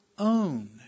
own